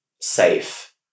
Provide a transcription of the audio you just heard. safe